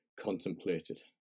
contemplated